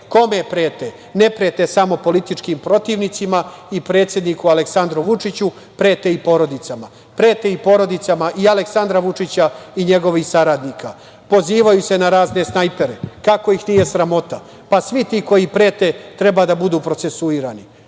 Kome prete? Ne prete samo političkim protivnicima i predsedniku Aleksandru Vučiću, prete i porodicama. Prete i porodicama i Aleksandra Vučića i njegovih saradnika, pozivaju se na razne snajpere. Kako ih nije sramota? Svi ti koji prete treba da budu procesuirani. Mi